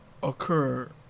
Occur